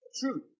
True